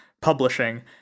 publishing